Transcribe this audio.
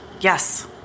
Yes